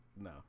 No